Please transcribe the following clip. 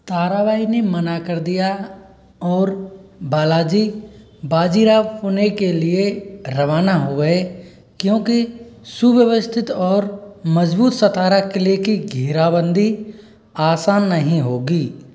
ताराबाई ने मना कर दिया और बालाजी बाजी राव पुणे के लिए रवाना हो गए क्योंकि सुव्यवस्थित और मजबूत सतारा क़िले की घेराबंदी आसान नहीं होगी